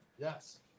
Yes